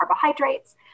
carbohydrates